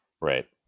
Right